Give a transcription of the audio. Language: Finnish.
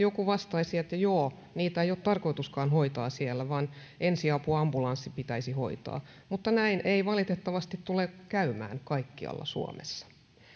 joku vastaisi että joo niitä ei ole tarkoituskaan hoitaa siellä vaan ensiapuambulanssin pitäisi hoitaa mutta näin ei valitettavasti tule käymään kaikkialla suomessa